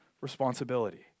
responsibility